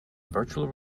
virtual